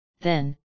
then